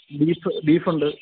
beef beef ഉണ്ട്